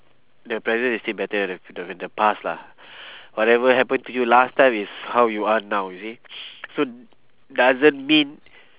the present is still better than than with the past lah whatever happen to you last time is how you are now you see so doesn't mean